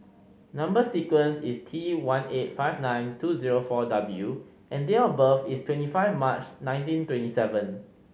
number sequence is T one eight five nine two zero four W and date of birth is twenty five March nineteen twenty seven